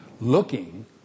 looking